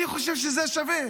אני חושב שזה שווה.